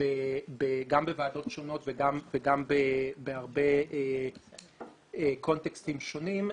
גם בוועדות שונות וגם בהרבה קונטקסטים שונים,